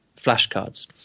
flashcards